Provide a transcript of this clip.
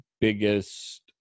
biggest